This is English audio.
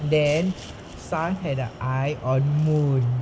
then sun had an eye on moon